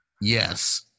Yes